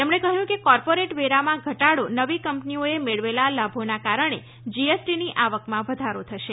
તેમણે કહ્યું કે કોર્પોરેટ વેરામાં ઘટાડો નવી કંપનીઓએ મેળવેલા લાભોના કારણે જીએસટીની આવકમાં વધારો થશે